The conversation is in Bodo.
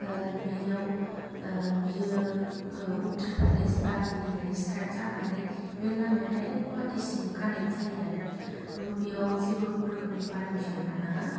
बेयाव बेयो उत्तर प्रदेश बारहिनिफ्राय स्टार्थ जानानै बे लामाया डाइरेक गुवाहाटीसिम खानेक जायो आरो बेयाव जेबो रोखोमनि फारमिसन लानाङा